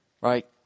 right